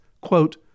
Quote